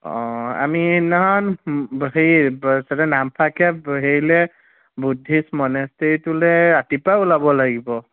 অঁ আমি সিদিনাখন হেৰি ব তাতে নামফাকে ব হেৰিলে বৌদ্ধিষ্ট মনেষ্ট্ৰীটোলৈ ৰাতিপুৱাই ওলাব লাগিব